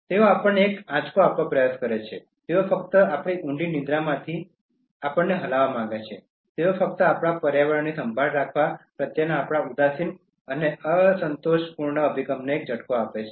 તેઓ આપણને એક આંચકો આપવાનો પ્રયાસ કરે છે તેઓ ફક્ત આપણી ઊંડી નિંદ્રામાંથી અમને હલાવવા માગે છે તેઓ ફક્ત આપણા પર્યાવરણની સંભાળ રાખવા પ્રત્યેના આપણા ઉદાસીન અને અસંતોષપૂર્ણ અભિગમને એક ઝટકો આપે છે